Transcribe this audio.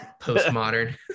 postmodern